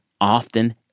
often